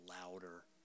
louder